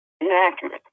Inaccurate